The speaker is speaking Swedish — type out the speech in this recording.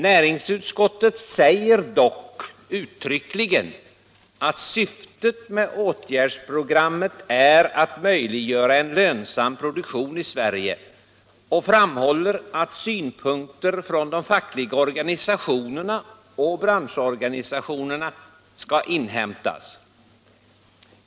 Näringsutskottet säger dock uttryckligen att syftet med åtgärdsprogrammet är att möjliggöra en lönsam produktion i Sverige och framhåller att synpunkter från de fackliga organisationerna och branschorganisationerna skall inhämtas.